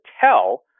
tell